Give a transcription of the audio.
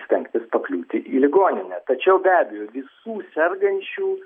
stengtis pakliūti į ligoninę tačiau be abejo visų sergančių